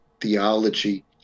theology